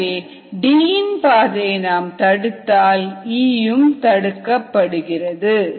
எனவேD இன் பாதையை தடுத்தால் E யும் தடுக்கப்படுகிறது